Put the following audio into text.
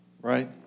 right